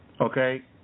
Okay